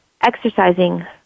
exercising